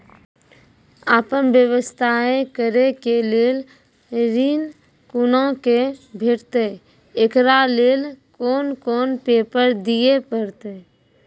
आपन व्यवसाय करै के लेल ऋण कुना के भेंटते एकरा लेल कौन कौन पेपर दिए परतै?